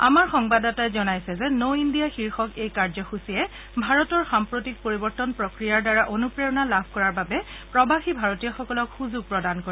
আমাৰ সংবাদদাতাই জনাইছে যে ন' ইণ্ডিয়া শীৰ্ষক এই কাৰ্যসূচীয়ে ভাৰতৰ সাম্প্ৰতিক পৰিৱৰ্তন প্ৰক্ৰিয়াৰ দ্বাৰা অনুপ্ৰেৰণা লাভ কৰাৰ বাবে প্ৰৱাসী ভাৰতীয়সকলক সুযোগ প্ৰদান কৰে